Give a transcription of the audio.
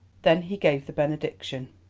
then he gave the benediction.